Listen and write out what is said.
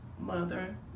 Mother